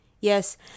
Yes